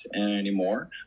anymore